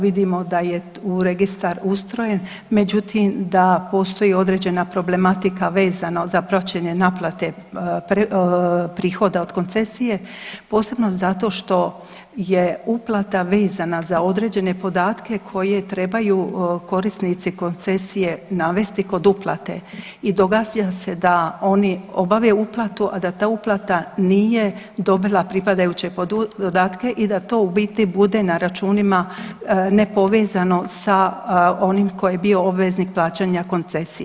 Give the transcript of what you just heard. Vidimo da je registar ustrojen, međutim da postoji određena problematika vezano za praćenje naplate prihoda od koncesije, posebno zato što je uplata vezana za određene podatke koje trebaju korisnici koncesije navesti kod uplate i događa se da oni obave uplatu, a da ta uplata nije dobila pripadajuće podatke i da to u biti bude na računima nepovezano sa onim ko je bio obveznik plaćanja koncesije.